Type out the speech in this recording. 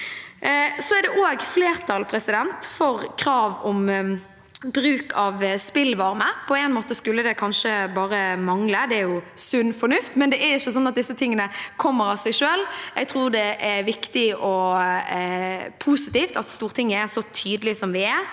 Det er også flertall for krav om bruk av spillvarme. På en måte skulle det kanskje bare mangle – det er jo sunn fornuft – men det er ikke sånn at dette kommer av seg selv. Jeg tror det er viktig og positivt at Stortinget er så tydelige som vi er,